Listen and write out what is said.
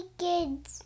kids